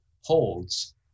holds